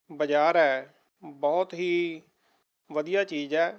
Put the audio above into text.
ਬਜ਼ਾਰ ਹੈ ਬਹੁਤ ਹੀ ਵਧੀਆ ਚੀਜ਼ ਹੈ